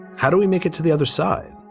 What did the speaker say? how do we make it to the other side?